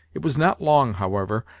it was not long, however,